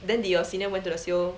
then did your senior went to the C_O